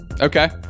Okay